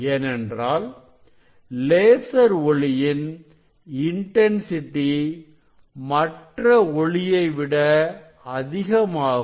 ஏனென்றால் லேசர் ஒளியின் இன்டன்சிட்டி மற்ற ஒளியை விட அதிகமாகும்